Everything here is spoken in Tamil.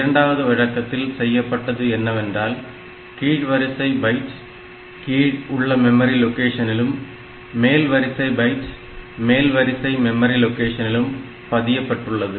இரண்டாவது வழக்கத்தில் செய்யப்பட்டது என்னவென்றால் கீழ் வரிசை பைட் கீழே உள்ள மெமரி லொகேஷனிலும் மேல் வரிசை பைட் மேல் வரிசை மெமரி லொகேஷனிலும் பதியப்பட்டுள்ளது